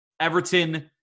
Everton